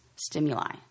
stimuli